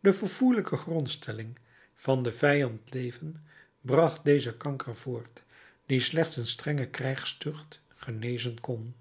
de verfoeielijke grondstelling van den vijand leven bracht dezen kanker voort die slechts een strenge krijgstucht genezen kon